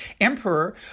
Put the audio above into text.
emperor